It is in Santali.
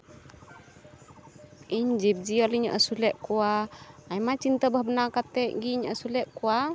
ᱤᱧ ᱡᱤᱵᱼᱡᱤᱭᱟᱹᱞᱤᱧ ᱟᱥᱩᱞᱮᱫ ᱠᱚᱣᱟ ᱟᱭᱢᱟ ᱪᱤᱱᱛᱟᱹ ᱵᱷᱟᱵᱱᱟ ᱠᱟᱛᱮᱫ ᱜᱤᱧ ᱟᱹᱥᱩᱞᱮᱫ ᱠᱚᱣᱟ